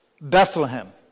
Bethlehem